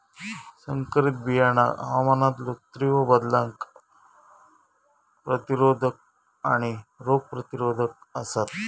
संकरित बियाणा हवामानातलो तीव्र बदलांका प्रतिरोधक आणि रोग प्रतिरोधक आसात